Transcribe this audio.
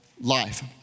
life